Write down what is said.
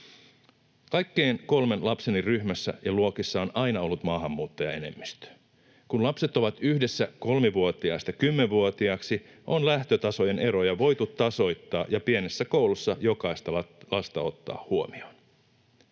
Kaikkien kolmen lapseni ryhmässä ja luokissa on aina ollut maahanmuuttajaenemmistö. Kun lapset ovat yhdessä kolmivuotiaasta kymmenvuotiaaksi, on lähtötasojen eroja voitu tasoittaa ja pienessä koulussa jokaista lasta ottaa huomioon.